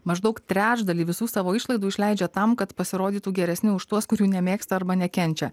maždaug trečdalį visų savo išlaidų išleidžia tam kad pasirodytų geresni už tuos kurių nemėgsta arba nekenčia